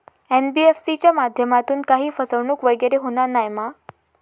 NBFC च्या माध्यमातून काही फसवणूक वगैरे होना नाय मा?